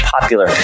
popular